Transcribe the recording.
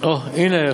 דיכטר פה.